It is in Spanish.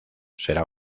será